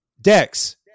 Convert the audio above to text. Dex